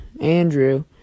Andrew